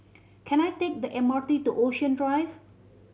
can I take the M R T to Ocean Drive